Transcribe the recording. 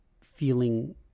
feeling